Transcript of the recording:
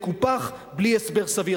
מקופח בלי הסבר סביר.